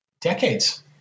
decades